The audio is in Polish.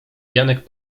janek